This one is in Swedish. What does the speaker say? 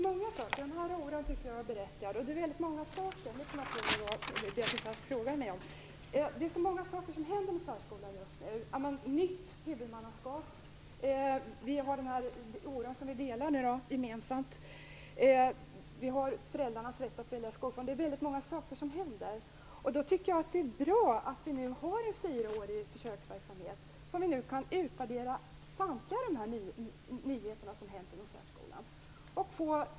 Herr talman! Oron här tycker jag är berättigad. Det är många saker som händer med särskolan just nu. Det gäller ett nytt huvudmannaskap - båda känner vi alltså en oro. Dessutom gäller det föräldrarnas rätt att välja skola, och mycket händer där. Därför tycker jag att det är bra att vi nu har en fyraårig verksamhet. Därmed kan vi utvärdera samtliga nyheter inom särskolan.